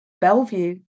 Bellevue